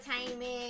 entertainment